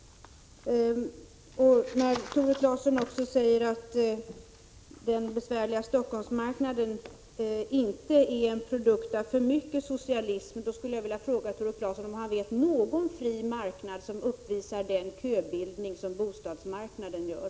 Tore Claeson säger att besvärligheterna på bostadsmarknaden i Stockholm inte är en produkt av för mycket socialism. Då vill jag fråga Tore Claeson om han vet någon fri marknad som uppvisar den köbildning som bostadsmarknaden gör.